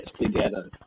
together